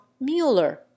Mueller